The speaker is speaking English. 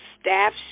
staff